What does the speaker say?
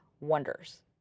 wonders